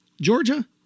Georgia